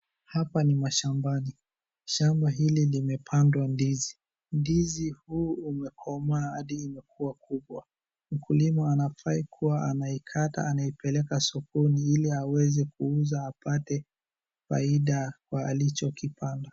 Hapa ni mashambani. Shamba hili limepandwa ndizi. Ndizi huu umekomaa hadi imekuwa kubwa. Mkulima anafurahi kuwa anaikata, anaipeleka sokoni ili aweze kuuza apate faida kwa alichokipata.